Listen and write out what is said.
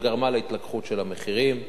וגרמו להתלקחות של המחירים.